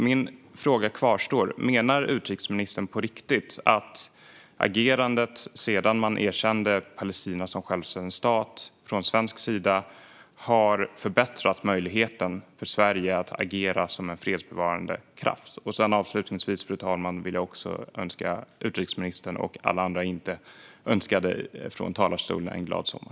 Min fråga kvarstår därför: Menar utrikesministern på riktigt att vår möjlighet att agera som en fredsbevarande kraft har förbättrats sedan Sverige erkände Palestina som självständig stat? Fru talman! Avslutningsvis vill jag önska utrikesministern och alla dem jag inte nämnde i talarstolen en glad sommar.